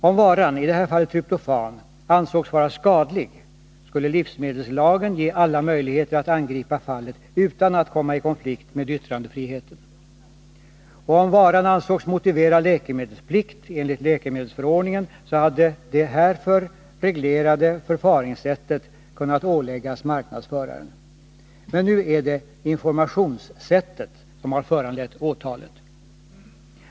Om varan — i det här fallet tryptofan — ansågs vara skadlig, skulle livsmedelslagen ge alla möjligheter att angripa fallet utan att man skulle komma i konflikt med yttrandefriheten. Och om varan ansågs motivera läkemedelsplikt enligt läkemedelsförordningen, hade det härför reglerade förfaringssättet kunnat åläggas marknadsföraren. Men nu är det informationssättet som har föranlett åtalet.